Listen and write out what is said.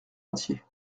entier